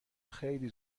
خیلی